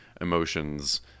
emotions